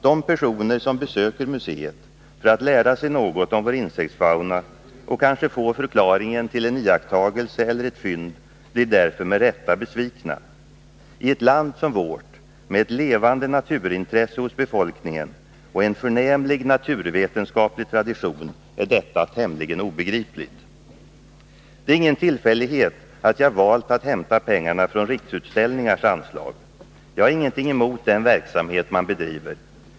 De personer som besöker museet för att lära sig något om vår insektsfauna och kanske få förklaringen till en iakttagelse eller ett fynd blir därför med rätta besvikna. I ett land som vårt, med ett levande naturintresse hos befolkningen och en förnämlig naturvetenskaplig tradition, är detta tämligen obegripligt. Det är ingen tillfällighet att jag valt att hämta pengarna från riksutställningars anslag. Jag har ingenting emot den verksamhet man bedriver.